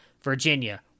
Virginia